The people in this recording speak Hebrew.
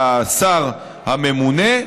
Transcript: לשר הממונה.